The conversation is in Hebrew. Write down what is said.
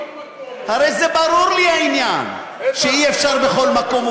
הרי זה ברור לי העניין, החוק אומר "בכל מקום".